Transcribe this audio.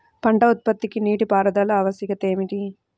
పంట ఉత్పత్తికి నీటిపారుదల ఆవశ్యకత ఏమిటీ?